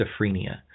schizophrenia